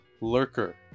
Lurker